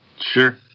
Sure